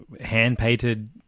hand-painted